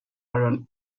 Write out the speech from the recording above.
iron